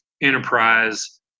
enterprise